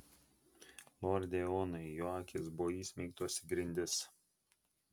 lorde eonai jo akys buvo įsmeigtos į grindis